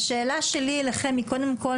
השאלה שלי אליכם היא קודם כל,